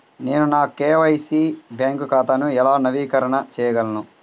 నేను నా KYC bank ఖాతాను ఎలా నవీకరణ చేయగలను?